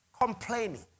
complaining